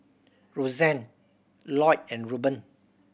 Roxane Lloyd and Ruben